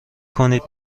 کنید